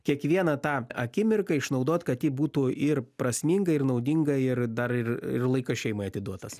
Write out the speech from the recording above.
kiekvieną tą akimirką išnaudot kad ji būtų ir prasminga ir naudinga ir dar ir laikas šeimai atiduotas